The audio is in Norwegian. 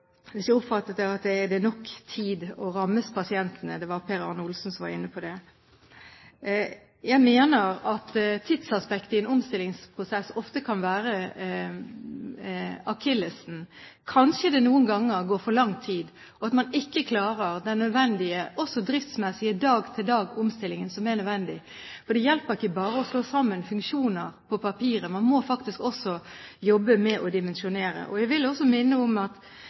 det, om det er nok tid, og om det rammer disse pasientene. Det var Per Arne Olsen som var inne på det. Jeg mener at tidsaspektet i en omstillingsprosess ofte kan være akillesen. Kanskje det noen ganger går for lang tid og at man ikke klarer den driftsmessige dag-til-dag-omstillingen som er nødvendig, Det hjelper ikke bare å slå sammen funksjoner på papiret, man må også jobbe med å dimensjonere. Jeg vil også minne om at